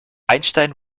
einstein